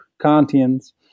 Kantians